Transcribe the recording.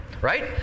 right